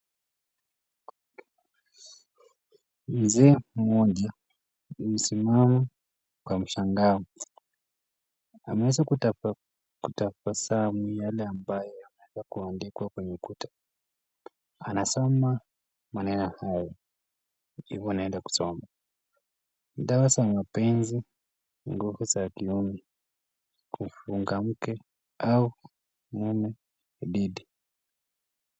Mzee mmoja amesimama kamshangaa. Ameweza kutafuta kutafasamu yale ambayo yameandikwa kwenye ukuta. Anasema maneno haya. Hebu naenda kusoma. Dawa za mapenzi, nguvu za kiume. Kufunga mke au mume. Edid.